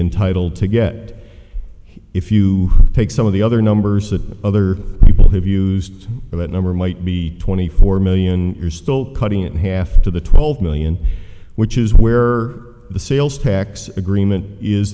entitled to get if you take some of the other numbers that other people have used about number might be twenty four million you're still cutting it in half to the twelve million which is where the sales tax agreement is